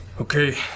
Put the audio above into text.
Okay